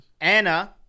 Anna